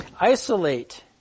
Isolate